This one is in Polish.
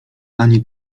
ani